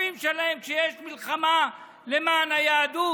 שותפים שלהם כשיש מלחמה למען היהדות.